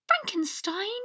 Frankenstein